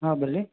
हा भले